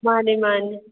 ꯃꯥꯅꯦ ꯃꯥꯅꯦ